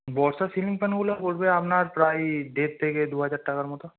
বর্ষা ceiling ফ্যানগুলো পড়বে আপনার প্রায় দেড় থেকে দু হাজার টাকার মতো